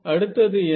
அடுத்தது என்ன